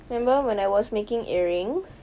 remember when I was making earrings